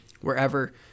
wherever